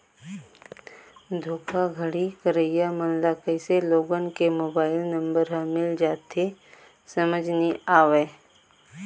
धोखाघड़ी करइया मन ल कइसे लोगन के मोबाईल नंबर ह मिल जाथे समझ नइ आवय